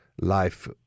life